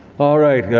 all right,